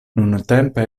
nuntempe